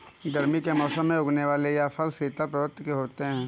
गर्मी के मौसम में उगने वाले यह फल शीतल प्रवृत्ति के होते हैं